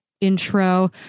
intro